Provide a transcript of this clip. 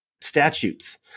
statutes